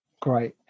Great